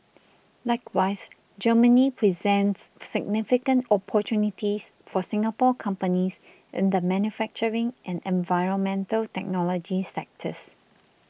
likewise Germany presents significant opportunities for Singapore companies in the manufacturing and environmental technology sectors